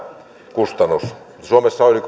kustannus suomessa on yli